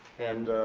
and